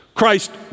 Christ